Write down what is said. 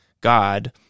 God